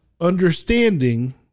understanding